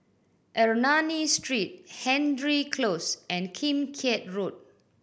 Ernani Street Hendry Close and Kim Keat Road